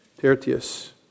Tertius